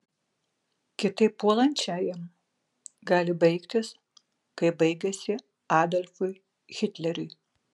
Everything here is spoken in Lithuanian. kitaip puolančiajam gali baigtis kaip baigėsi adolfui hitleriui